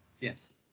Yes